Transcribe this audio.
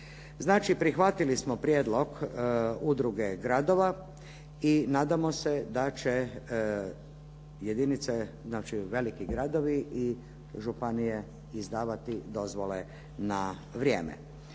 prihvatili smo prijedlog udruge gradova i nadamo se da će jedinice znači veliki gradovi i županije izdavati dozvole na vrijeme.